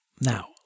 Now